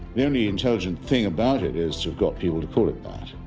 the only intelligent thing about it is to have got people to call it that.